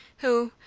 who,